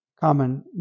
common